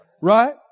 right